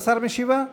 משיבה?